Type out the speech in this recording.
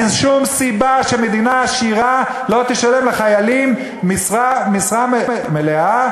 אין שום סיבה שמדינה עשירה לא תשלם לחייל משכורת מלאה,